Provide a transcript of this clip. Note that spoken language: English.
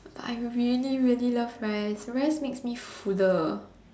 I really really love rice rice makes me fuller